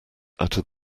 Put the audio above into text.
uttered